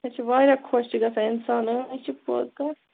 سۄ چھِ واریاہ خۄش چھِ گژھان اِنسان یہِ چھِ پوٚز کَتھ